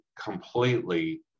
completely